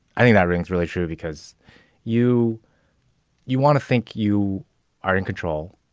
i think that rings really true because you you want to think you are in control.